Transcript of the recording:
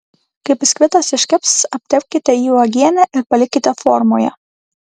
kai biskvitas iškeps aptepkite jį uogiene ir palikite formoje